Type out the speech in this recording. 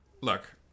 Look